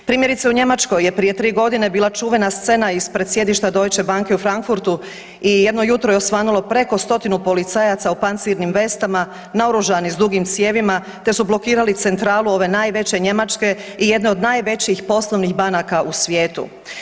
Primjerice u Njemačkoj je prije 3 godine bila čuvena scena ispred sjedišta Deutsche banke u Frankfurtu i jedno jutro je osvanulo preko 100-tinu policajaca u pancirnim vestama, naoružani s dugim cijevima te su blokirali centralu ove najveće njemačke i jedne od najvećih poslovnih banaka u svijetu.